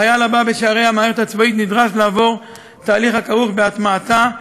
החייל הבא בשערי המערכת הצבאית נדרש לעבור תהליך הכרוך בהטמעתה.